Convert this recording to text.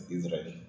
Israel